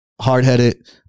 hard-headed